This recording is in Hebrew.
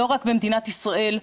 לא רק במדינת ישראל,